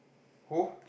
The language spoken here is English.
who